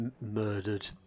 murdered